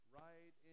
right